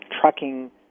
trucking